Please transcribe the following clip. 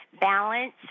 balance